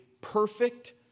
perfect